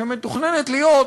שמתוכננת להיות,